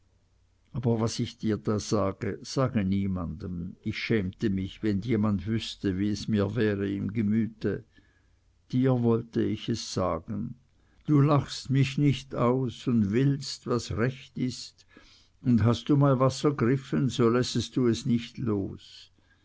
aber was ich dir da sage sage niemanden ich schämte mich wenn jemand wüßte wie es mir wäre im gemüte dir wollte ich es sagen du lachst mich nicht aus und willst was recht ist und hast du mal was ergriffen so lässest du es nicht los